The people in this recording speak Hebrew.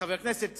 חבר הכנסת סוייד,